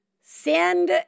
send